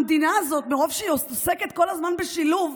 המדינה הזאת, מרוב שהיא עוסקת כל הזמן בשילוב,